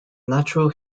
natural